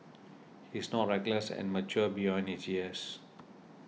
he is not reckless and mature beyond his years